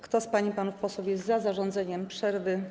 Kto z pań i panów posłów jest za zarządzeniem przerwy?